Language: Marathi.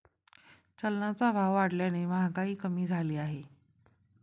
चलनाचा भाव वाढल्याने महागाई कमी झाली आहे